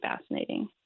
fascinating